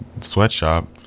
sweatshop